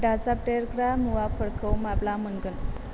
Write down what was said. दाजाबदेरग्रा मुवाफोरखौ माब्ला मोनगोन